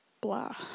blah